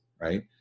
right